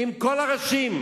עם כל הראשים,